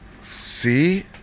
see